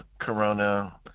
corona